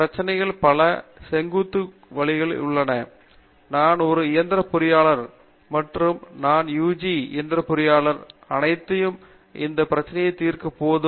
பிரச்சினைகள் பல செங்குத்து குழிகள் வைக்க முடியாது நான் ஒரு இயந்திர பொறியாளர் மற்றும் நான் யூஜி இயந்திர பொறியியல் கற்றது அனைத்தும் இந்த பிரச்சினையை தீர்க்க போதும்